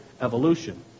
evolution